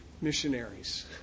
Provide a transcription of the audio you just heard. Missionaries